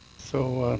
so